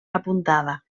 apuntada